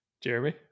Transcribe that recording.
Jeremy